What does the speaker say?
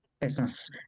business